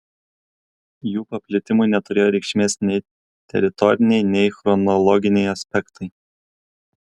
jų paplitimui neturėjo reikšmės nei teritoriniai nei chronologiniai aspektai